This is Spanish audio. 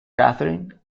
catherine